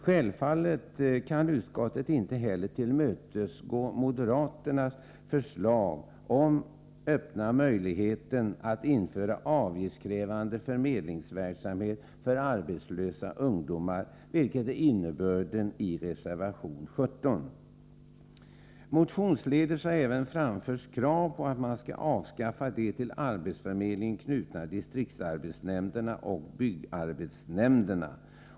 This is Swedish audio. Självfallet kan utskottet inte heller tillmötesgå moderaternas förslag om att öppna möjligheten att införa en avgiftskrävande förmedlingsverksamhet för arbetslösa ungdomar, vilket är innebörden i reservation nr 17. Motionsledes har det framställts krav på att man skall avskaffa de till arbetsförmedlingen knutna distriktsarbetsnämnderna och byggarbetsnämnderna.